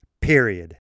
period